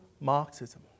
Marxism